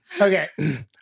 Okay